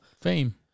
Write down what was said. Fame